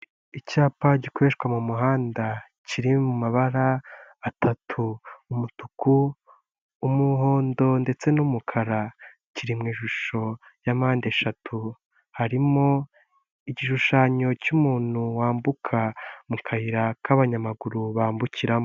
Icyapa gikoreshwa mu muhanda, kiri mu mabara atatu: umutuku, umuhondo, ndetse n'umukara. Kiri mu ishusho ya mpande eshatu. Harimo igishushanyo cy'umuntu wambuka mu kayira k'abanyamaguru bambukiramo.